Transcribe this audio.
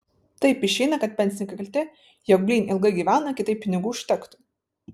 taip išeina kad pensininkai kalti jog blyn ilgai gyvena kitaip pinigų užtektų